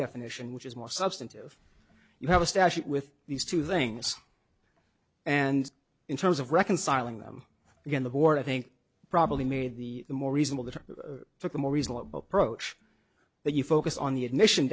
definition which is more substantive you have a statute with these two things and in terms of reconciling them again the board i think probably made the more reasonable that it took a more reasonable approach that you focus on the admission